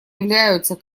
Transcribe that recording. являются